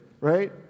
right